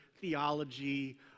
theology